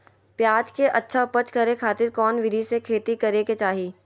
प्याज के अच्छा उपज करे खातिर कौन विधि से खेती करे के चाही?